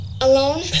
Alone